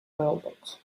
mailbox